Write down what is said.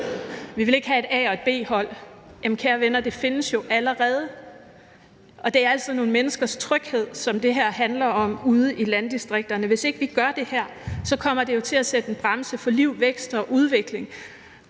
at vi ikke vil have et A- og et B-hold. Men kære venner, det findes jo allerede, og det er altså nogle menneskers tryghed, som det her handler om ude i landdistrikterne. Hvis ikke vi gør det her, kommer det til at sætte en bremse for liv, vækst og udvikling.